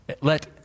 Let